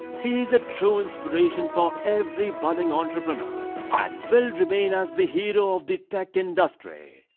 he is a true inspiration for every boarding entrepreneurs and will remain as the hero of the tech industry.